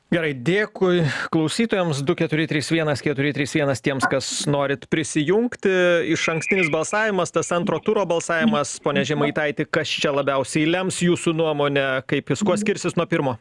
gerai dėkui klausytojams du keturi trys vienas keturi trys vienas tiems kas norit prisijungti išankstinis balsavimas tas antro turo balsavimas pone žemaitaiti kas čia labiausiai lems jūsų nuomone kaip jis kuo skirsis nuo pirmo